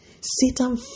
Satan